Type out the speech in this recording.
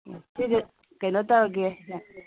ꯁꯤꯖꯦ ꯀꯩꯅꯣ ꯇꯧꯔꯒꯦ